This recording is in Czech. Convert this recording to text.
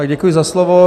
Děkuji za slovo.